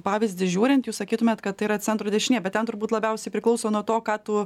pavyzdį žiūrint jūs sakytumėt kad tai yra centro dešinė bet ten turbūt labiausiai priklauso nuo to ką tų